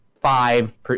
five